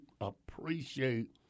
appreciate